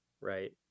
right